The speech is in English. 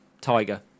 tiger